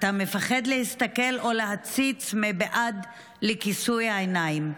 אתה מפחד להסתכל או להציץ מבעד לכיסוי העיניים.